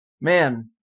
Man